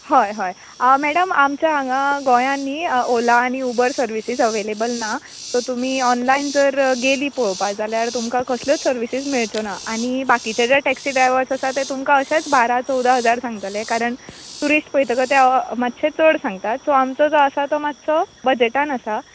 हय हय मॅडम आमचे हांगा गोंयान न्ही ओला आनी उबर सर्वीसीस एवेलेबल ना सो तुमी ऑनलायन जर गेली पळोवपाक जाल्यार तुमकां कसल्योच सर्वीसीस मेळच्यो ना आनी बाकीचे जे टेक्सी ड्रायवर्स आसात ते तुमकां अशेंच बारा चौदा हजार सांगतले कारण टुरीश्ट पळयतकच ते मातशे चड सांगतात सो आमचो जो तो मातसो बजेटान आसा